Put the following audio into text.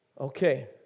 Okay